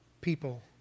people